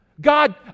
God